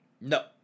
No